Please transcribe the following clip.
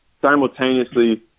simultaneously